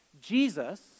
Jesus